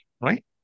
Right